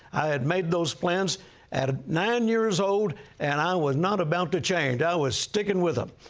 i had made those plans at nine years old, and i was not about to change. i was sticking with them.